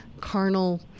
carnal